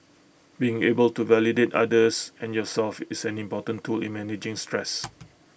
being able to validate others and yourself is an important tool in managing stress